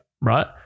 Right